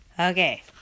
Okay